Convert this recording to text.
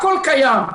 הכול קיים.